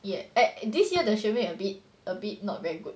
yeah eh this year the 学妹 a bit a bit not very good